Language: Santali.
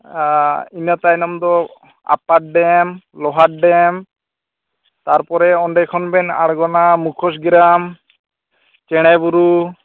ᱟᱨ ᱤᱱᱟᱹ ᱛᱟᱭᱱᱚᱢ ᱫᱚ ᱟᱯᱟᱨ ᱰᱮᱢ ᱞᱚᱦᱟᱨ ᱰᱮᱢ ᱛᱟᱨᱯᱚᱨᱮ ᱚᱸᱰᱮ ᱠᱷᱚᱱ ᱵᱮᱱ ᱟᱬᱜᱚ ᱱᱟᱢ ᱢᱩᱠᱷᱚᱥ ᱜᱮᱨᱟᱢ ᱪᱮᱬᱮ ᱵᱩᱨᱩ